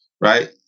right